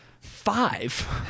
five